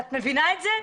את מבינה את זה?